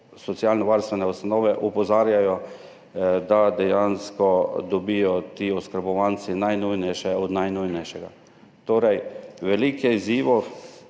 socialnovarstvene ustanove opozarjajo, da dobijo ti oskrbovanci najnujnejše od najnujnejšega. Torej, veliko je izzivov.